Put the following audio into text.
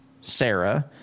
Sarah